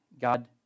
God